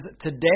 today